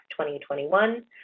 2021